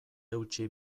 eutsi